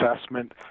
assessment